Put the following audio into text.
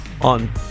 on